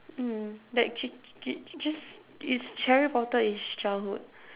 mm like ch~ ch~ just is ch~ harry-potter is childhood